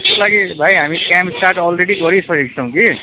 त्यसको लागि भाइ हामी क्याम्प स्टार्ट अलरेडी गरिसकेको छौँ कि